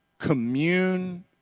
commune